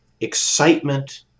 excitement